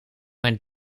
mijn